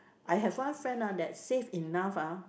I have one friend ah that save enough ah